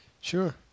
sure